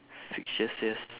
fictitious